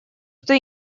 что